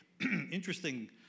Interesting